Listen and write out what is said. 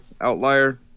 outlier